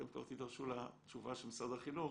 אתם כבר תידרשו לתשובה של משרד החינוך,